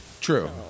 True